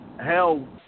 hell